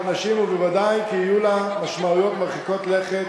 נשים וודאי שיהיו לה משמעויות מרחיקות לכת